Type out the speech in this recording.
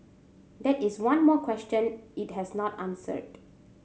that is one more question it has not answered